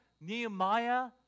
Nehemiah